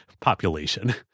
population